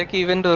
like event